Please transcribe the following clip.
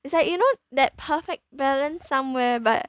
it's like you know that perfect balance somewhere but